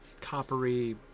coppery